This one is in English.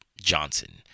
johnson